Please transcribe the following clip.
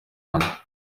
wanjye